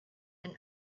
and